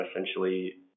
essentially